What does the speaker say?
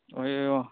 ए अँ